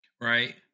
Right